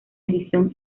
edición